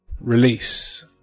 release